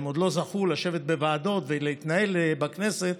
והם עוד לא זכו לשבת בוועדות ולהתנהל בכנסת,